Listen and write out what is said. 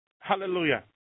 Hallelujah